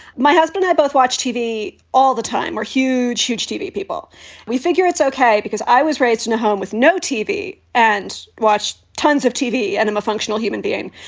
my husband had both watch tv all the time, were huge, huge tv people we figure it's ok because i was raised in a home with no tv and watched tons of tv. and i'm a functional human being.